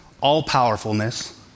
all-powerfulness